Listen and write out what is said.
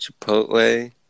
Chipotle